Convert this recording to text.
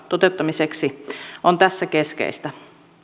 toteuttamiseksi on tässä keskeistä